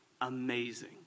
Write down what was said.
amazing